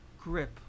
grip